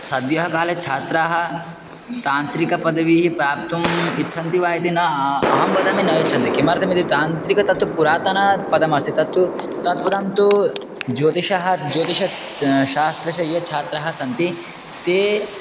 सद्यः काले छात्राः तान्त्रिकपदवीं प्राप्तुम् इच्छन्ति वा इति न अहं वदामि न इच्छन्ति किमर्थम् इति तान्त्रिकं तत्तु पुरातनपदमस्ति तत्तु तत्पदं तु ज्योतिषः ज्योतिषशास्त्रस्य ये छात्राः सन्ति ते